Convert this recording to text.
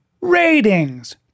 ratings